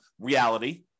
reality